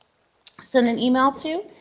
send an email to.